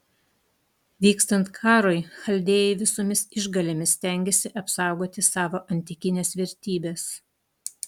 vykstant karui chaldėjai visomis išgalėmis stengiasi apsaugoti savo antikines vertybes